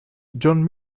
john